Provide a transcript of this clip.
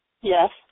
Yes